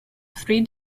three